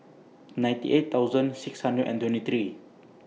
ninety eight thousand six hundred and twenty three